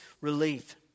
relief